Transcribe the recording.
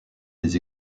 des